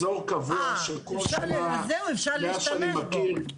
הוא אזור קבוע שכל שנה, מאז שאני מכיר.